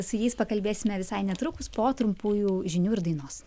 su jais pakalbėsime visai netrukus po trumpųjų žinių ir dainos